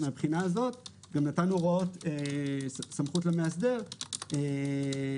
מבחינה זו נתנו הוראות סמכות למאסדר - יקבע